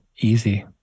easy